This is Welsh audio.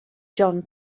john